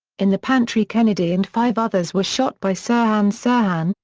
in the pantry kennedy and five others were shot by sirhan sirhan,